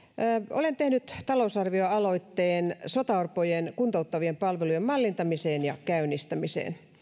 olen tehnyt talousarvioaloitteen sotaorpojen kuntouttavien palvelujen mallintamiseen ja käynnistämiseen